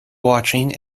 watching